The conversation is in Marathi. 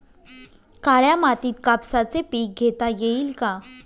काळ्या मातीत कापसाचे पीक घेता येईल का?